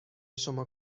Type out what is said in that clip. شما